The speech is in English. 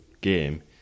game